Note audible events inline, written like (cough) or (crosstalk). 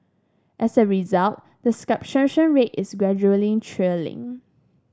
as a result the (unintelligible) rate is gradually trailing